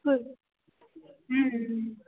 school ம் ம்